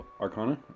Arcana